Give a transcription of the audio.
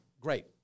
great